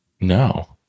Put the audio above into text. No